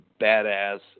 badass